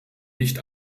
nicht